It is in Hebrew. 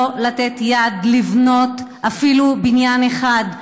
לא לתת יד לבנות אפילו בניין אחד,